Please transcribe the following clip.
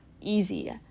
easy